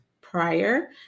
prior